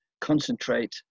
concentrate